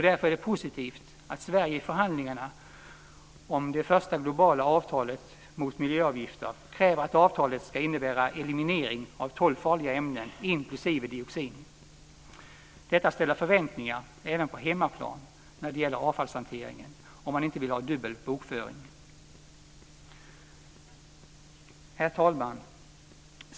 Därför är det positivt att Sverige i förhandlingarna om det första globala avtalet mot miljögifter kräver att avtalet ska innebära eliminering av tolv farliga ämnen inklusive dioxin. Detta ställer förväntningar även på hemmaplan när det gäller avfallshanteringen, om man inte vill ha dubbel bokföring. Herr talman!